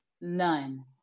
None